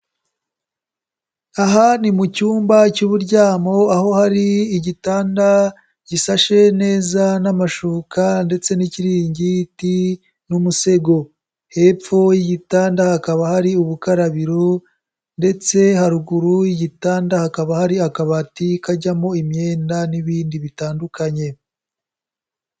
Aha ni mu cyumba cy'uburyamo aho hari igitanda gisashe neza n'amashuka ndetse n'ikiringiti n'umusego, hepfo y'igitanda hakaba hari ubukarabiro ndetse haruguru y'igitanda hakaba hari akabati kajyamo imyenda n'ibindi bitandukanye.